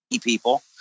people